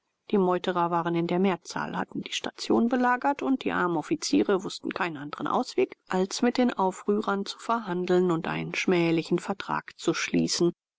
die meuterer waren in der mehrzahl hatten die station belagert und die armen offiziere wußten keinen anderen ausweg als mit den aufrührern zu verhandeln und einen schmählichen vertrag zu schließen